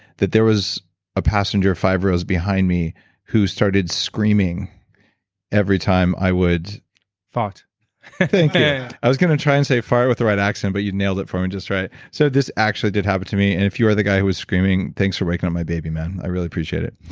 that there was a passenger five rows behind me who started screaming every time i would fart i was going to try and say fart with the right accent, but you nailed it for me just right so, this actually did happen to me, and if you were the guy who was screaming, thanks for waking up my baby, man. i really appreciate it